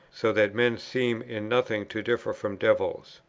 so that men seem in nothing to differ from devils.